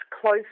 close